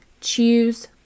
Choose